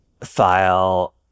file